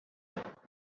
دهد